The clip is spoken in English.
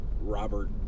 Robert